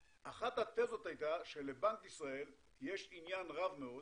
אחת התזות הייתה שלבנק ישראל יש עניין רב מאוד